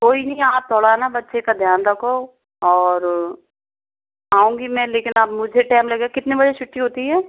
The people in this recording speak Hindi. कोई नहीं आप थोड़ा ना बच्चे ध्यान रखो और आऊँगी मैं लेकिन अब मुझे टेम लगेगा कितने बजे छुट्टी होती है